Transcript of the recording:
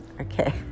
okay